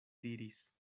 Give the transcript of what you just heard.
diris